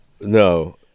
No